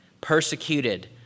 Persecuted